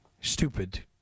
stupid